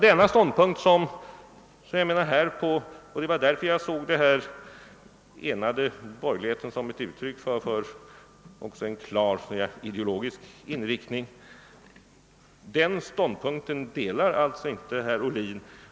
Det var därför jag såg den enade borgerligheten som ett uttryck för en bestämd ideologisk inriktning. Den ståndpunkten delar alltså inte herr Ohlin.